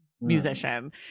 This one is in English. musician